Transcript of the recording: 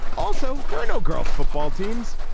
also there are no girls football teams.